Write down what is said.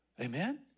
Amen